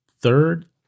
third